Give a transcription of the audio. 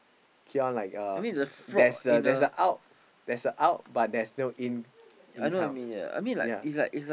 keep on like uh there is a there is a out there is a out but no in income yea